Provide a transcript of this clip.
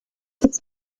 its